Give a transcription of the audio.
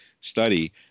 study